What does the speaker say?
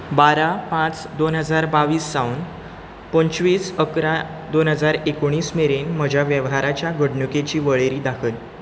बारा पांच दोन हजार बावीस सावन पंचवीस अकरा दोन हजार एकुणीस मेरेन म्हज्या वेव्हाराच्या घडणुकेची वळेरी दाखय